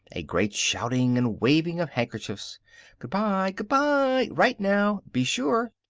a great shouting and waving of handkerchiefs good-by! good-by! write, now! be sure!